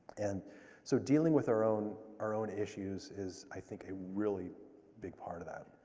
and so dealing with our own our own issues is, i think, a really big part of that.